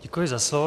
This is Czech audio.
Děkuji za slovo.